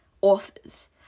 authors